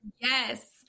yes